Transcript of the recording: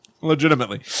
legitimately